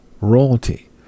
royalty